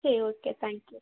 சரி okay thank you